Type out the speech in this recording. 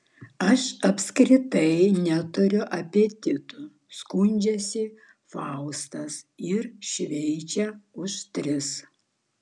aš apskritai neturiu apetito skundžiasi faustas ir šveičia už tris